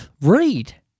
Read